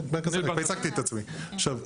עכשיו,